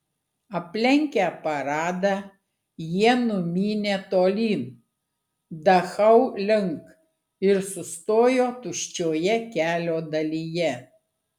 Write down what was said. aplenkę paradą jie numynė tolyn dachau link ir sustojo tuščioje kelio dalyje